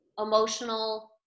emotional